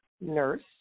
nurse